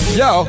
yo